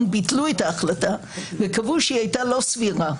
ביטלו את ההחלטה וקבעו שהיא הייתה לא סבירה.